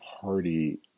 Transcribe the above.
party